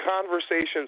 Conversations